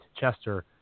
Chester